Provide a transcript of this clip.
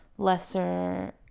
Lesser